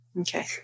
Okay